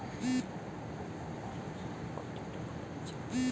ঋণ কয় প্রকার ও কি কি?